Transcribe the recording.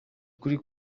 ukuri